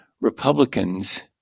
Republicans